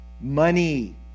money